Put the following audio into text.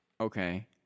Okay